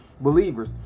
believers